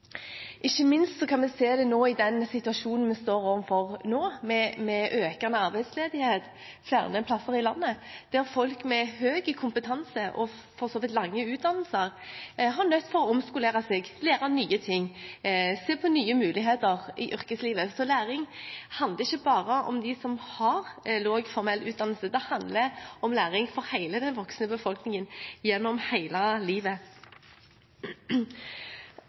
Ikke minst kan vi se det nå, i den situasjonen vi står overfor, med økende arbeidsledighet flere steder i landet, der folk med høy kompetanse og for så vidt lang utdannelse er nødt til å omskolere seg, lære nye ting, se på nye muligheter i yrkeslivet. Så læring handler ikke bare om de som har lav formell utdannelse; det handler om læring for hele den voksne befolkningen gjennom hele livet.